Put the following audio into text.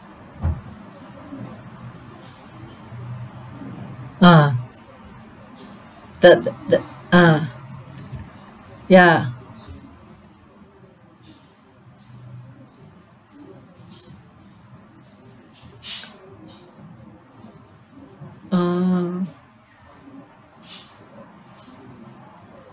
ah the t~ t~ ah ya oh